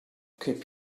keep